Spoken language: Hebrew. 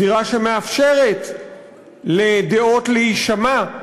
זירה שמאפשרת לדעות להישמע.